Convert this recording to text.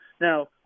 now